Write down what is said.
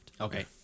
Okay